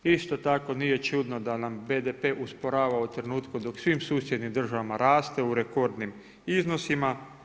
Isto tako nije čudno da nam BDP-e usporava u trenutku dok u svim susjednim državama raste u rekordnim iznosima.